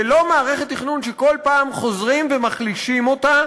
ולא מערכת תכנון שכל פעם חוזרים ומחלישים אותה